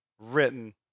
written